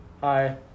Hi